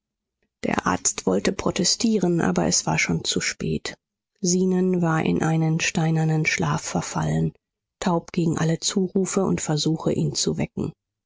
der arzt wollte protestieren aber es war schon zu spät zenon war in einen steinernen schlaf verfallen taub gegen alle zurufe und versuche ihn zu wecken